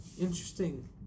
Interesting